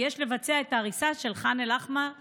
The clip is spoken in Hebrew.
כי יש לבצע את ההריסה של ח'אן אל-אחמר במהרה.